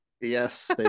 yes